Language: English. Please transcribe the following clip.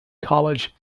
college